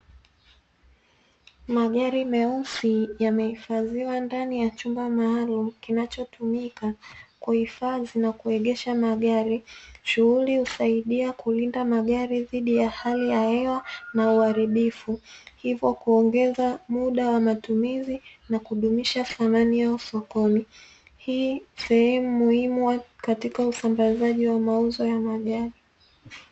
Magari meusi yamehifadhiwa ndani ya chumba maalumu, kinachotumika kuhifadhi na kuegesha magari, shughuli husaidia kulinda magari dhidi ya hali ya hela na uharibifu, hivyo kuongeza muda wa matumizi na kudumisha thamani sokoni. Hii ni sehemu muhimu katika usambazaji wa mauzo wa magari.